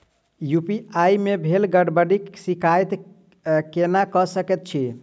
UPI मे भेल गड़बड़ीक शिकायत केना कऽ सकैत छी?